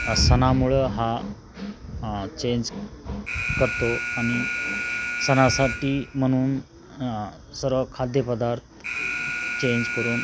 सणामुळं हा चेंज करतो आणि सणासाठी म्हणून सर्व खाद्यपदार्थ चेंज करून